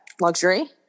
luxury